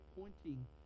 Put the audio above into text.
pointing